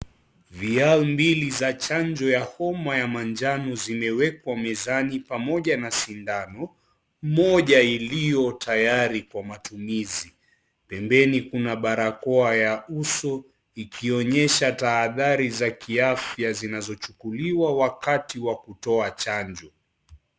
Viao mbili za chanjo ya homa ya manjano zimeekwa mezani pamoja na sindano moja iliyo tayari kwa matumizi, pembeni kuna barakoa ya uso ikionyesha tahadhari za kiafya zinazochukuliwa wakati wa chanjo.